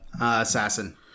assassin